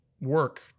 work